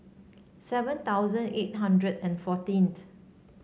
seven thousand eight hundred and fourteenth